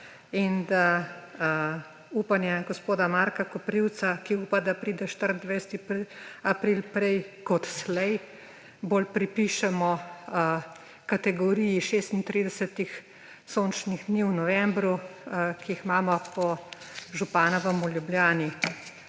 in da upanje gospoda Marka Koprivca, da pride 24. april prej ko slej, bolj pripišemo kategoriji 36 sončnih dni v novembru, ki jih imamo po županovem v Ljubljani.